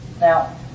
Now